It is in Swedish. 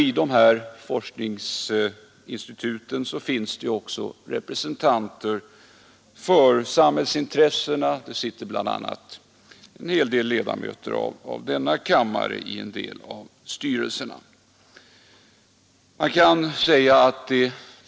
I dessa forskningsinstitut finns också representanter för samhällsintressena. Det sitter bl.a. en hel del ledamöter av denna kammare i en del av styrelserna.